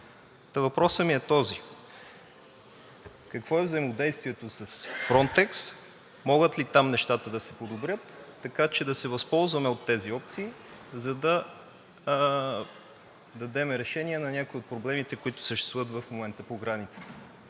Та, въпросът ми е този: какво е взаимодействието с „Фронтекс“ и могат ли там нещата да се подобрят, така че да се възползваме от тези опции, за да дадем решение на някои от проблемите, които съществуват в момента по границата?